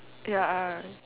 ya I